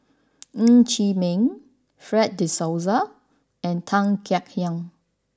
Ng Chee Meng Fred de Souza and Tan Kek Hiang